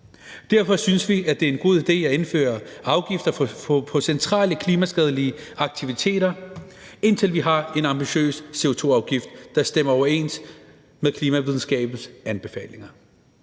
Derfor synes vi, det er en god idé at indføre afgifter på centrale klimaskadelige aktiviteter, indtil vi har en ambitiøs CO2-afgift, der stemmer overens med klimavidenskabens anbefalinger.